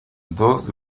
dos